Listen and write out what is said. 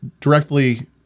directly